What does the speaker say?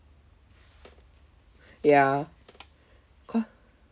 ya